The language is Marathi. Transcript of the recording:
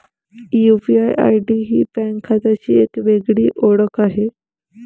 यू.पी.आय.आय.डी ही बँक खात्याची एक वेगळी ओळख आहे